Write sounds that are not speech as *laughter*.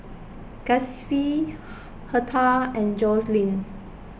Gustave *noise* Hertha and Joseline